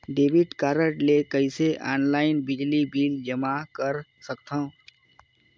Debit card ले कइसे online बिजली बिल जमा कर सकथव?